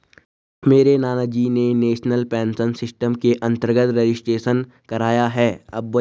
मेरे नानाजी ने नेशनल पेंशन सिस्टम के अंतर्गत रजिस्ट्रेशन कराया है